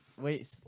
Wait